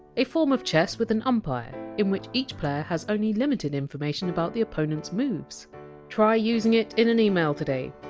a form of chess with an umpire, in which each player has only limited information about the opponent! s moves try using it in an email today